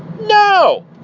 No